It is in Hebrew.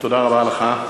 תודה רבה לך.